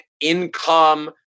Income